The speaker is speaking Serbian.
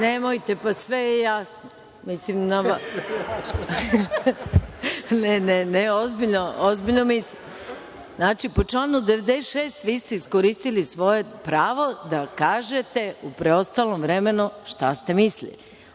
Replika.)Nemojte, pa sve je jasno. Ne, ozbiljno mislim. Znači, po članu 96. vi ste iskoristili svoje pravo da kažete u preostalom vremenu šta ste mislili. Po